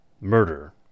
murder